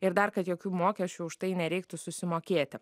ir dar kad jokių mokesčių už tai nereiktų susimokėti